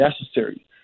necessary